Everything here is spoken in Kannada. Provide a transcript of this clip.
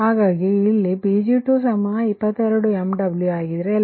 ಆದ್ದರಿಂದ ಇಲ್ಲಿ Pg222 MW ಆಗಿದ್ದರೆ λ39